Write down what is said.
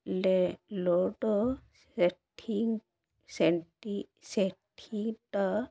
load ସେଠି ସେଣ୍ ସେଠିଟ